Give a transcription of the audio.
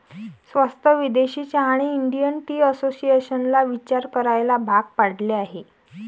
स्वस्त विदेशी चहाने इंडियन टी असोसिएशनला विचार करायला भाग पाडले आहे